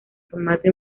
formato